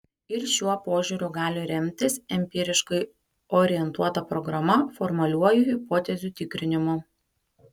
ir šiuo požiūriu gali remtis empiriškai orientuota programa formaliuoju hipotezių tikrinimu